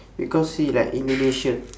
because see like in malaysia